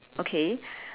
okay